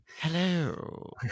Hello